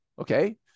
okay